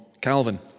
Calvin